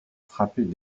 frappés